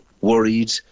worried